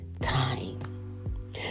time